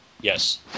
yes